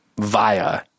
via